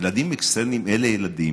ילדים אקסטרניים אלה ילדים